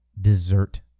Dessert